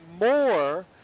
more